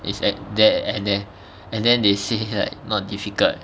it's at there and then and then they say like not difficult